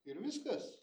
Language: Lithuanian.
ir viskas